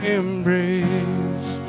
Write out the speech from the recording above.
embrace